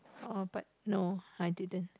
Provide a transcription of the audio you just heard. uh but no I didn't